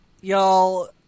Y'all